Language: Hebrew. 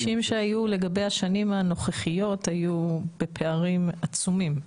התרחישים שהיו לגבי השנים הנוכחיות היו בפערים עצומים.